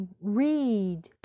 read